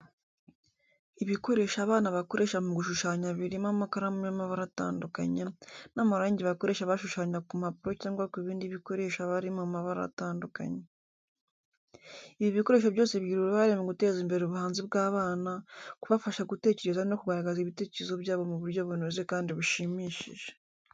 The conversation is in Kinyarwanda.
Ibikoresho abana bakoresha mu gushushanya birimo amakaramu y'amabara atandukanye, n'amarangi bakoresha bashushanya ku mpapuro cyangwa ku bindi bikoresho aba ari mu mabara atandukanye. Ibi bikoresho byose bigira uruhare mu guteza imbere ubuhanzi bw'abana, kubafasha gutekereza no kugaragaza ibitekerezo byabo mu buryo bunoze kandi bushimishije.